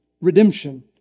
redemption